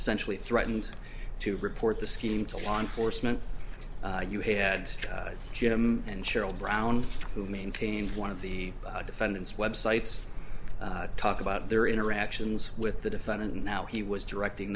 essentially threatened to report the scheme to law enforcement you had jim and cheryl brown who maintained one of the defendant's websites talk about their interactions with the defendant and now he was directing